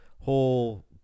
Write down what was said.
whole